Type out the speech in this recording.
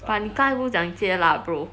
but 你刚才不是讲你戒辣 bro